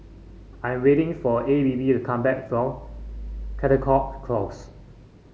I'm waiting for A B B to come back from Caldecott Close